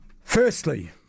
Firstly